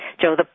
Joe